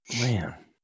Man